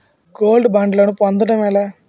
Gold బ్యాండ్లను పొందటం ఎలా?